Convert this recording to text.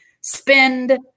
spend